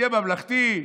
תהיה ממלכתי,